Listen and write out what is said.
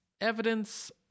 evidence